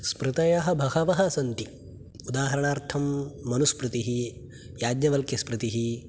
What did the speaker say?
स्मृतयः बहवः सन्ति उदाहरणार्थं मनुस्मृतिः याज्ञवल्क्यस्मृतिः